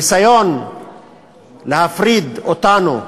הניסיון להפריד אותנו,